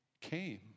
came